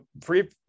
free